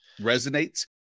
resonates